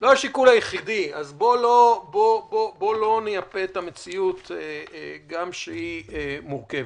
בוא לא נייפה את המציאות, גם כשהיא מורכבת.